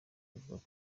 avuga